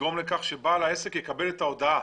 לגרום לכך שבעל העסק יקבל את ההודעה.